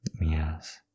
Yes